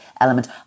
element